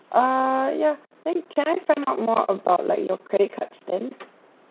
uh yeah then can I find out more about like your credit cards thing